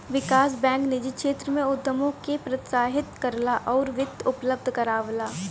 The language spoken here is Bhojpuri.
विकास बैंक निजी क्षेत्र में उद्यमों के प्रोत्साहित करला आउर वित्त उपलब्ध करावला